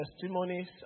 testimonies